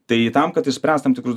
tai tam kad išspręst tam tikrus